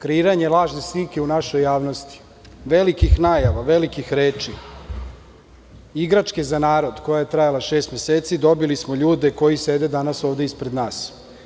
kreiranje lažne slike u našoj javnosti, velikih najava, velikih reči, igračke za narod koja je trajala šest meseci, dobili smo ljude koji sede danas ovde ispred nas.